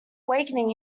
wakening